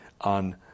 on